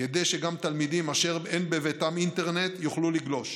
כדי שגם תלמידים אשר אין בביתם אינטרנט יוכלו לגלוש.